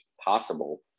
possible